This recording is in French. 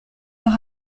leur